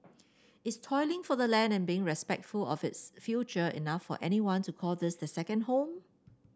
is toiling for the land and being respectful of its future enough for anyone to call this the second home